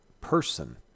person